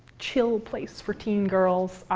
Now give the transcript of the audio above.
chill place for teen girls.